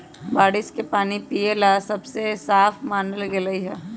बारिश के पानी पिये ला सबसे साफ मानल गेलई ह